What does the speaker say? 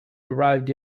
arrived